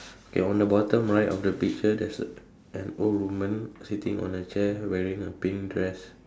okay on the bottom right of the picture there's a an old woman sitting on a chair wearing a pink dress